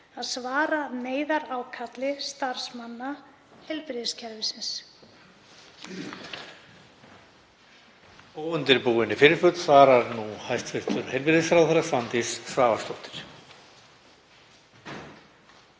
að svara neyðarákalli starfsmanna heilbrigðiskerfisins.